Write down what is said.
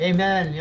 Amen